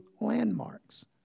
landmarks